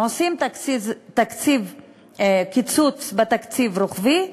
עושים קיצוץ רוחבי בתקציב,